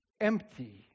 empty